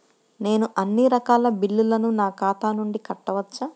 నేను అన్నీ రకాల బిల్లులను నా ఖాతా నుండి కట్టవచ్చా?